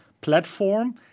platform